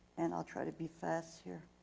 and i'll try to be fast here.